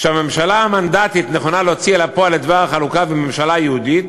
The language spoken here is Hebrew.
"שהממשלה המנדטית נכונה להוציא לפועל את דבר החלוקה וממשלה יהודית"